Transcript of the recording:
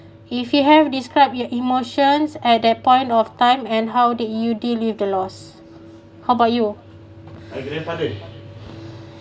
if you have describe your emotions at that point of time and how did you deal with the loss how about you